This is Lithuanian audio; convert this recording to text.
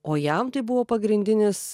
o jam tai buvo pagrindinis